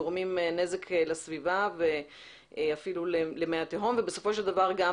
גורמים נזק לסביבה ואפילו למי התהום ובסופו של דבר גם